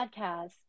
podcast